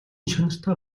чанартай